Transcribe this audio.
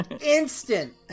instant